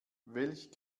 welch